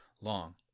long